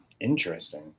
Interesting